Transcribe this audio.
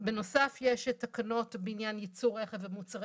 בנוסף יש תקנות בעניין ייצור רכב ומוצרי